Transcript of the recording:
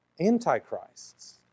antichrists